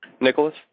Nicholas